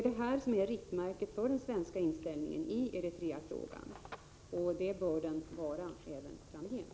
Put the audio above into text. Detta är riktmärket för den svenska inställningen i Eritreafrågan, och det bör det vara även framgent.